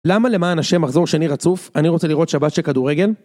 למה למען השם מחזור שני רצוף, אני רוצה לראות שבת של כדורגל